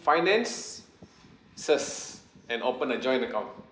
finances and open a joint account